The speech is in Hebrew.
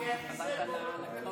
כי הכיסא פה יותר נוח.